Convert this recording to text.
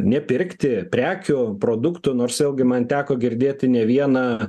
nepirkti prekių produktų nors vėlgi man teko girdėti ne vieną